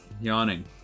yawning